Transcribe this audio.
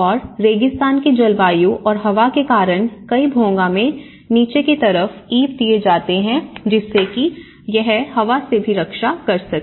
और रेगिस्तान की जलवायु और हवा के कारण कई भोंगा में नीचे की तरफ इव दिए जाते हैं जिससे कि यह हवा से भी रक्षा कर सके